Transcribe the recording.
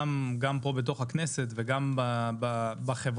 גם פה בתוך הכנסת, וגם בחברה,